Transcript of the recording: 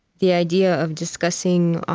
the idea of discussing